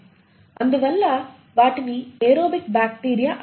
అందువల్ల వాటిని aerobic bacteria అంటారు